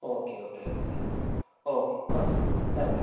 okay okay okay okay okay thank you